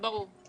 ברור.